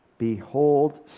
Behold